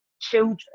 children